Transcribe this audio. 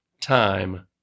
time